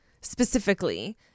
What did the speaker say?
specifically